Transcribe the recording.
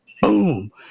boom